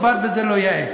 זה לא מכובד וזה לא יאה.